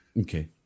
Okay